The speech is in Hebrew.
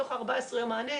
תוך 14 יום מענה,